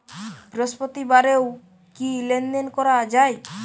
বৃহস্পতিবারেও কি লেনদেন করা যায়?